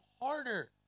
harder